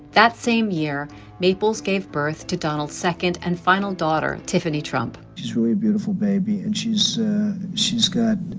that same year maples gave birth to donald second and final daughter tiffany trump beautiful baby. and she's she's got